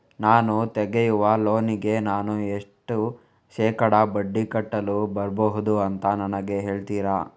ನಾನು ತೆಗಿಯುವ ಲೋನಿಗೆ ನಾನು ಎಷ್ಟು ಶೇಕಡಾ ಬಡ್ಡಿ ಕಟ್ಟಲು ಬರ್ಬಹುದು ಅಂತ ನನಗೆ ಹೇಳ್ತೀರಾ?